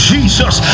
Jesus